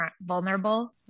vulnerable